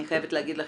אני חייבת להגיד לכם,